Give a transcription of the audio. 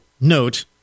note